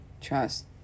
trust